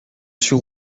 suis